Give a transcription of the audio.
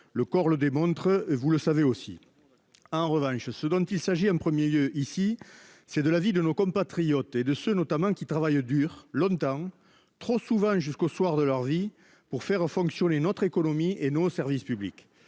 Le corps le démontre, vous le savez aussi. En revanche, ce dont il s'agit en 1er lieu ici, c'est de la vie de nos compatriotes et de ceux notamment qui travaillent dur longtemps trop souvent jusqu'au soir de leur vie pour faire fonctionner notre économie et nos services publics